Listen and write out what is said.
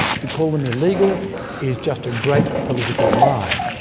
to call them illegal is just a great political lie.